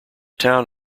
town